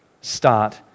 start